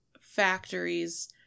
factories